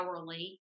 hourly